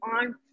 on